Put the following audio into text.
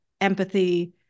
empathy